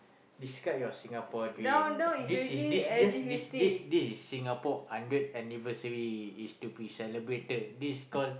describe your Singapore dream this is this is just this this this is Singapore hundred anniversary is to be celebrated this call